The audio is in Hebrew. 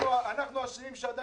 אנחנו אשמים שעדיין לא עשינו שינוי.